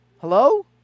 Hello